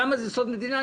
למה זה סוד מדינה?